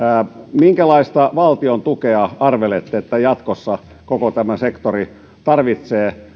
minkälaista valtiontukea arvelette jatkossa koko tämän sektorin tarvitsevan